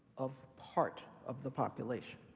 of part of the population,